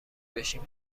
بشیم